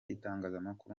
itangazamakuru